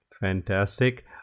Fantastic